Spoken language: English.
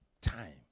time